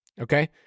okay